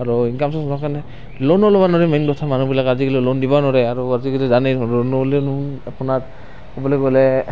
আৰু income source নথকাকৈ লোনো ল'ব নোৱাৰি মেইন কথা মানুহবিলাক আজিকালি লোন দিব নোৱাৰে আৰু আজিকালি জানেই দেখুন লোন নহ'লেনো আপোনাৰ ক'বলৈ গ'লে